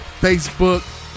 Facebook